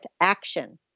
action